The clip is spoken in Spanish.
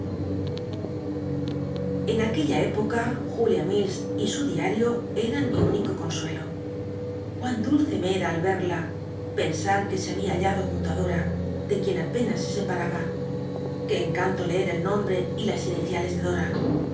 a juciia época jul ia lills y su cliar io eran mi ún ico consuelo guün dulce me cm ni vcrja pens ll que se había hallado junto i dora de quien apenas se scp raba qué encanto leer el nombre j las iniciales de dora